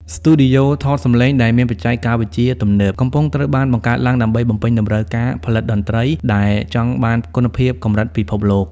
ស្ទូឌីយោថតសម្លេងដែលមានបច្ចេកវិទ្យាទំនើប កំពុងត្រូវបានបង្កើតឡើងដើម្បីបំពេញតម្រូវការផលិតតន្ត្រីដែលចង់បានគុណភាពកម្រិតពិភពលោក។